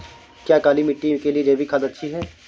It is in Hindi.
क्या काली मिट्टी के लिए जैविक खाद अच्छी है?